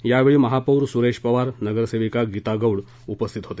यावेळी महापौर सुरेश पवार नगरसेवीका गिता गौड़ उपस्थित होते